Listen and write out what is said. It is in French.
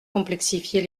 complexifier